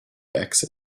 exit